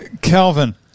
Calvin